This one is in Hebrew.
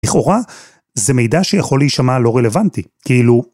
לכאורה זה מידע שיכול להישמע לא רלוונטי, כאילו...